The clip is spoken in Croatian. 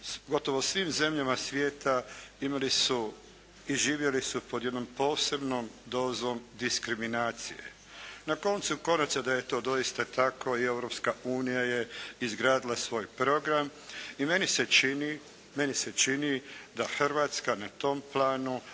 gotovo svim zemljama svijeta imali su i živjeli su pod jednom posebnom dozom diskriminacije. Na koncu konaca da je to doista tako i Europska unija je izgradila svoj program i meni se čini, meni se čini da Hrvatska na tom planu